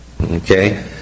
Okay